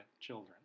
children